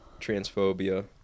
transphobia